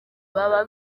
baba